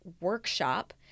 workshop